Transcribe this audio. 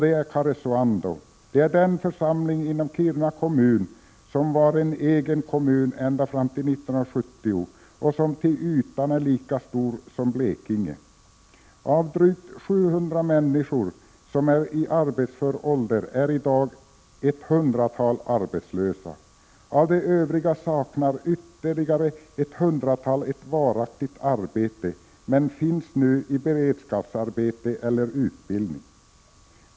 Det är Karesuando, en församling inom Kiruna kommun som var en egen kommun fram till 1970 och som till ytan är lika stor som Blekinge. Av drygt 700 människor som är i arbetsför ålder är i dag ett hundratal arbetslösa. Av de övriga saknar ytterligare ett hundratal ett varaktigt arbete men finns nu i beredskapsarbete eller utbildning.